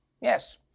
Yes